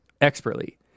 expertly